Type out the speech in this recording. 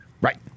Right